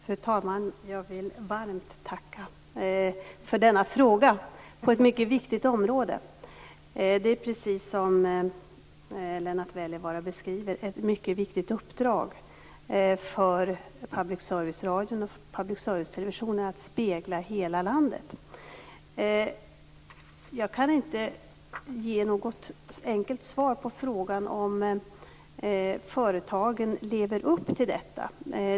Fru talman! Jag vill varmt tacka för denna fråga på ett mycket viktigt område. Det är, precis som Erling Wälivaara beskriver, ett mycket viktigt uppdrag för public service-radion och public servicetelevisionen att spegla hela landet. Jag kan inte ge något enkelt svar på frågan om företagen lever upp till detta.